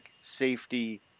safety